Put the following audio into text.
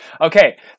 Okay